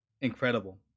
incredible